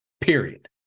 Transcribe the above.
period